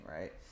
right